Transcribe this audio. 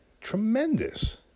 tremendous